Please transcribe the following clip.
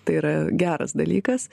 tai yra geras dalykas